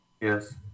yes